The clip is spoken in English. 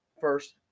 first